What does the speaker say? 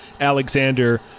Alexander